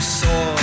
saw